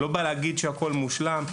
אני לא אגיד שהכול מושלם,